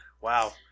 Wow